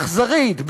אכזרית,